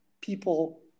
people